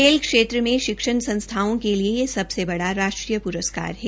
खेल क्षेत्र में शिक्षण संस्थाओं के लिए यह सबसे बड़ा राष्ट्रीय पुरस्कार है